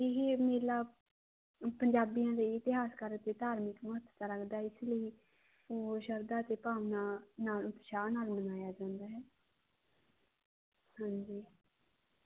ਇਹ ਮੇਲਾ ਪੰਜਾਬੀਆਂ ਲਈ ਇਤਿਹਾਸਕਾਰ ਅਤੇ ਧਾਰਮਿਕ ਮਹੱਤਤਾ ਲੱਗਦਾ ਇਸ ਲਈ ਹੋਰ ਸ਼ਰਧਾ ਤੇ ਭਾਵਨਾ ਨਾਲ ਉਤਸ਼ਾਹ ਨਾਲ ਮਨਾਇਆ ਜਾਂਦਾ ਹੈ ਹਾਂਜੀ